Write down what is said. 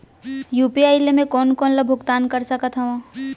UPI ले मैं कोन कोन ला भुगतान कर सकत हओं?